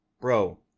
bro